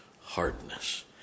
hardness